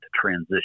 transition